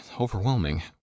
overwhelming